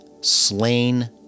slain